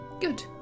Good